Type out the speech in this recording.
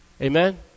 Amen